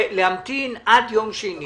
להמתין עד יום שני